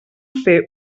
fer